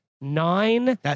nine